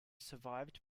survived